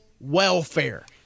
welfare